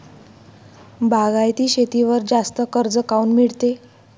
बागायती शेतीवर जास्त कर्ज काऊन मिळते?